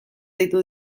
deitu